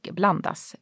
blandas